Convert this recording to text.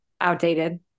Outdated